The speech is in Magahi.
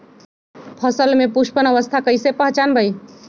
फसल में पुष्पन अवस्था कईसे पहचान बई?